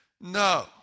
no